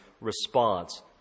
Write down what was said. response